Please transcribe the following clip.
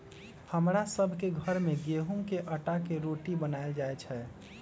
हमरा सभ के घर में गेहूम के अटा के रोटि बनाएल जाय छै